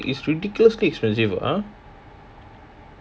it's like it's ridiculously expensive ah